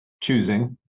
choosing